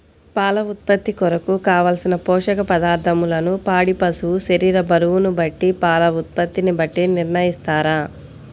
పాల ఉత్పత్తి కొరకు, కావలసిన పోషక పదార్ధములను పాడి పశువు శరీర బరువును బట్టి పాల ఉత్పత్తిని బట్టి నిర్ణయిస్తారా?